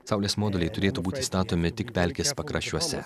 saulės moduliai turėtų būti statomi tik pelkės pakraščiuose